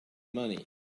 money